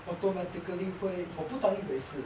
automatically 会我不当一回事